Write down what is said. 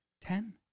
Ten